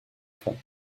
femme